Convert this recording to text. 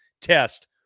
test